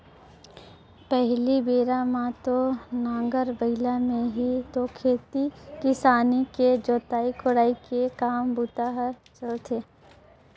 पहिली बेरा म तो नांगर बइला में ही तो खेती किसानी के जोतई कोड़ई के काम बूता हर चलथे